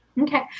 Okay